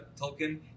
Tolkien